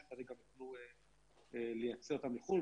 שחלק גם יוכלו לייצא לחו"ל.